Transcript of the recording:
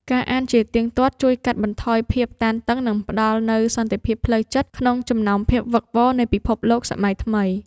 ការអានជាទៀងទាត់ជួយកាត់បន្ថយភាពតានតឹង និងផ្ដល់នូវសន្តិភាពផ្លូវចិត្តក្នុងចំណោមភាពវឹកវរនៃពិភពលោកសម័យថ្មី។